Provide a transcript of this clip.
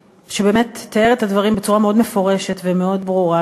שבאמת תיאר את הדברים בצורה מאוד מפורשת ומאוד ברורה,